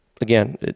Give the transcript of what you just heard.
Again